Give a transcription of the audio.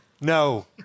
No